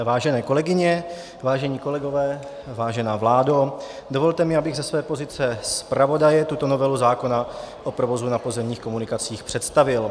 Vážené kolegyně, vážení kolegové, vážená vládo, dovolte mi, abych ze své pozice tuto novelu zákona o provozu na pozemních komunikacích představil.